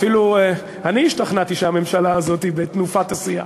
אפילו אני השתכנעתי שהממשלה הזאת בתנופת עשייה.